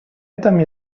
этом